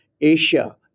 Asia